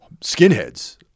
skinheads